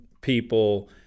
people